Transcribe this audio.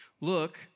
Look